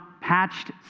patched